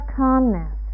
calmness